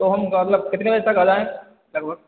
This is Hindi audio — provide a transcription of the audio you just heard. तो हम मतलब कितने बजे तक आ जाएँ लगभग